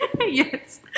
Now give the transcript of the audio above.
Yes